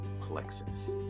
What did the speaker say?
Plexus